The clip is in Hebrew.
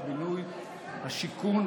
הבינוי והשיכון,